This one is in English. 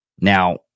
Now